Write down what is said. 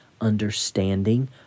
understanding